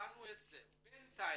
בינתיים,